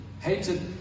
hated